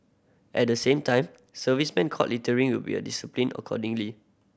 at the same time servicemen caught littering will be disciplined accordingly